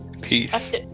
Peace